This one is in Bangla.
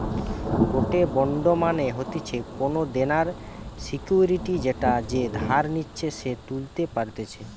গটে বন্ড মানে হতিছে কোনো দেনার সিকুইরিটি যেটা যে ধার নিচ্ছে সে তুলতে পারতেছে